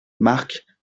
marque